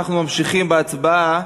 אנחנו ממשיכים בהצבעה.